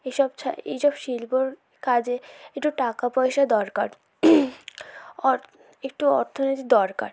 এইসব এইসব শিল্পর কাজে একটু টাকাপয়সা দরকার একটু অর্থনীতি দরকার